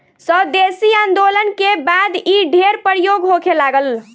स्वदेशी आन्दोलन के बाद इ ढेर प्रयोग होखे लागल